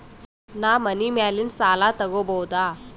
ನಾ ಮನಿ ಮ್ಯಾಲಿನ ಸಾಲ ತಗೋಬಹುದಾ?